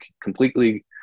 completely